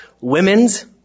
Women's